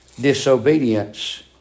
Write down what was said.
disobedience